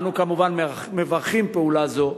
אנו כמובן מברכים על פעולה זו